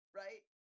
right